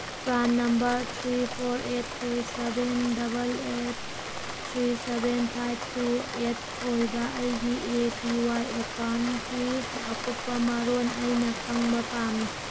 PRAN number three four eight two seven double eight three seven five two eight ꯑꯣꯏꯕ ꯑꯩꯒꯤ A P Y ꯑꯦꯀꯥꯎꯟꯒꯤ ꯑꯀꯨꯞꯄ ꯃꯔꯣꯟ ꯑꯩꯅ ꯈꯪꯕ ꯄꯥꯝꯃꯤ